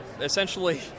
Essentially